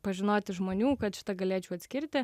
pažinoti žmonių kad šitą galėčiau atskirti